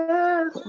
Yes